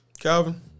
Calvin